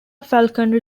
falconry